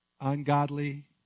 ungodly